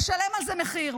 ישלם על זה מחיר.